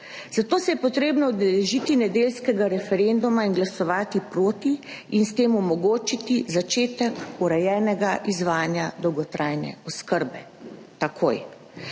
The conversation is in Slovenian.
Zato se je potrebno udeležiti nedeljskega referenduma in glasovati proti in s tem omogočiti začetek urejenega izvajanja dolgotrajne oskrbe, takoj.